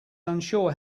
unsure